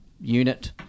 unit